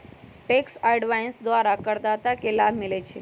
tax avoidance द्वारा करदाता के लाभ मिलइ छै